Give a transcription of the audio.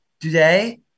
today